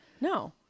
No